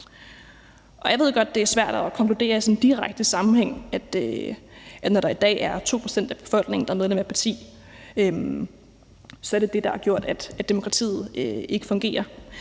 Jeg ved godt, at det er svært at konkludere sådan en direkte sammenhæng i, at når der i dag er 2 pct. af befolkningen, der er medlem af et parti, så er det det, der har gjort, at demokratiet ikke fungerer.